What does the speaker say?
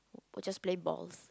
were just play balls